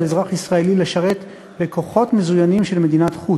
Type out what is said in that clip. אזרח ישראלי לשרת בכוחות מזוינים של מדינת חוץ,